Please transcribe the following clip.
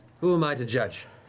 who am i to judge?